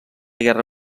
guerra